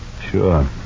Sure